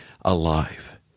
alive